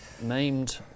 named